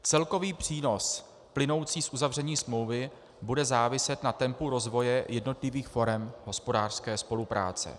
Celkový přínos plynoucí z uzavření smlouvy bude záviset na tempu rozvoje jednotlivých forem hospodářské spolupráce.